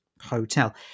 hotel